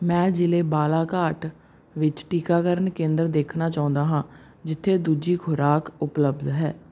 ਮੈਂ ਜ਼ਿਲ੍ਹੇ ਬਾਲਾਘਾਟ ਵਿੱਚ ਟੀਕਾਕਰਨ ਕੇਂਦਰ ਦੇਖਣਾ ਚਾਹੁੰਦਾ ਹਾਂ ਜਿੱਥੇ ਦੂਜੀ ਖੁਰਾਕ ਉਪਲੱਬਧ ਹੈ